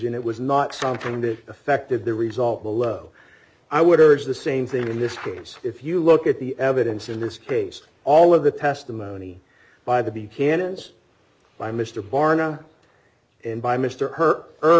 and it was not something that affected the result below i would urge the same thing in this case if you look at the evidence in this case all of the testimony by the b canons by mr barna and by mr her